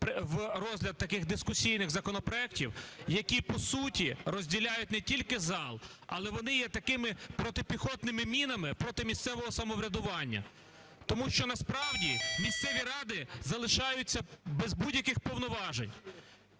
в розгляд таких дискусійних законопроектів, які по суті розділяють не тільки зал, але вони є таким протипіхотними мінами проти місцевого самоврядування, тому що насправді місцеві ради залишаються без будь-яких повноважень.